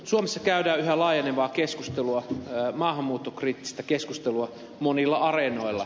suomessa käydään yhä laajenevaa maahanmuuttokriittistä keskustelua monilla areenoilla